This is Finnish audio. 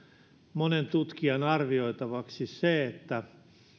monen tutkijan arvioitavaksi että